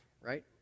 right